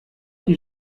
qui